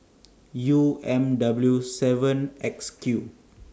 U M W seven X Q